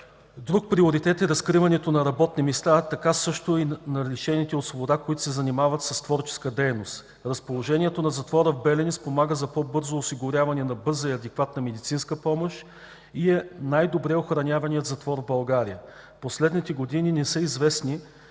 Друг приоритет е разкриването на работни места, а така също и на лишените от свобода, които се занимават с творческа дейност. Разположението на затвора в Белене спомага за по-бързо осигуряване на бърза и адекватна медицинска помощ и е най-добре охраняваният затвор в България. В последните години не са известни